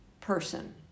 person